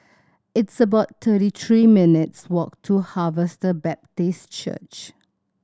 it's about thirty three minutes' walk to Harvester Baptist Church